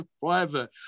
private